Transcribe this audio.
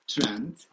trend